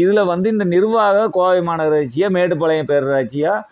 இதில் வந்து இந்த நிர்வாக கோவை மாநகராட்சியோ மேட்டுப்பாளையம் பேரூராட்சியோ